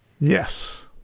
Yes